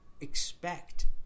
expect